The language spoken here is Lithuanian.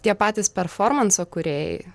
tie patys performanso kūrėjai